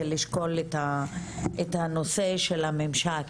זה לשקול את הנושא של הממשק,